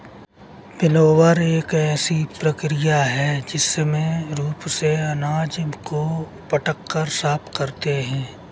winnower एक ऐसी प्रक्रिया है जिसमें रूप से अनाज को पटक कर साफ करते हैं